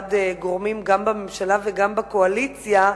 מצד גורמים, גם בממשלה וגם בקואליציה,